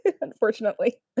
unfortunately